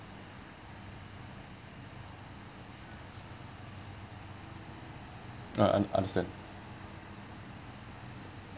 uh un~ understand